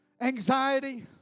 anxiety